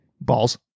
Balls